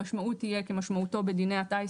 המשמעות תהיה כמשמעותו בדיני הטיס.